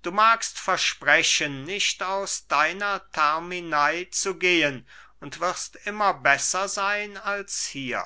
du magst versprechen nicht aus deiner terminei zu gehen und wirst immer besser sein als hier